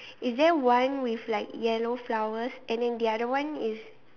is there one with like yellow flowers and then the other one is